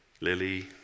Lily